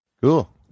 Cool